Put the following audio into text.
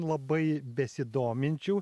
labai besidominčių